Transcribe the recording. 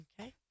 Okay